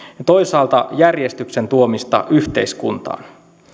ja toisaalta järjestyksen tuomista yhteiskuntaan